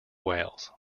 wales